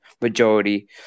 majority